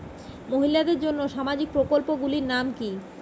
মহিলাদের জন্য সামাজিক প্রকল্প গুলির নাম কি কি?